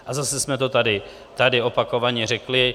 A zase jsme to tady opakovaně řekli.